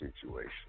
situation